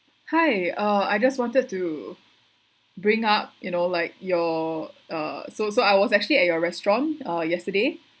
hi uh I just wanted to bring up you know like your uh so so I was actually at your restaurant uh yesterday